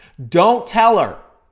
don't tell her.